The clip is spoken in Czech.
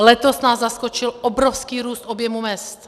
Letos nás zaskočil obrovský růst objemu mezd.